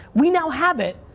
we now have it,